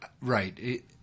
right